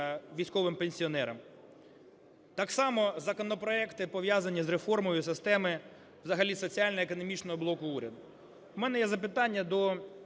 військовим пенсіонерам. Так само законопроекти, пов'язані з реформою системи, взагалі соціально-економічного блоку уряду. У мене є запитання до